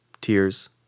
tears